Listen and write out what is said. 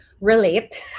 relate